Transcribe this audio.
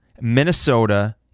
Minnesota